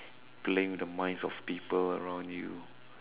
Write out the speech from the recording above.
playing with the minds of people around you